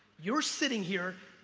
you're sitting here,